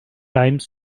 time